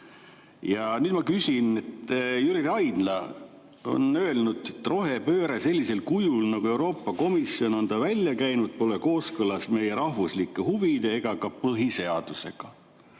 Ja nüüd ma küsin. Jüri Raidla on öelnud, et rohepööre sellisel kujul, nagu Euroopa Komisjon on ta välja käinud, pole kooskõlas meie rahvuslike huvide ega ka põhiseadusega.